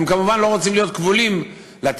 והם כמובן לא רוצים להיות כבולים לתכתיבים